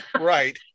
Right